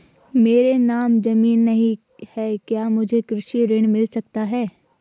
मेरे नाम ज़मीन नहीं है क्या मुझे कृषि ऋण मिल सकता है?